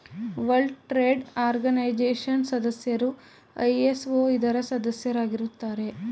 world trade organisation ಸದಸ್ಯರು ISO ಇದರ ಸದಸ್ಯರಾಗಿರುತ್ತಾರೆ